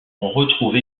retrouve